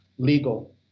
legal